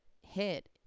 hit